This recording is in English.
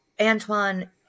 Antoine